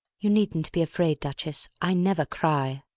you needn't be afraid, duchess, i never cry.